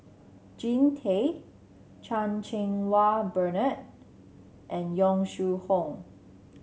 Jean Tay Chan Cheng Wah Bernard and Yong Shu Hoong